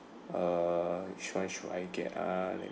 a should I should I get ah